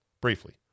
briefly